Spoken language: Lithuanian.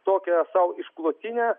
tokią sau išklotinę